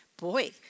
Boy